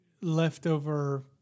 leftover